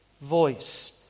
voice